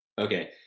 Okay